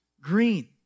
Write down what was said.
green